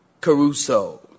Caruso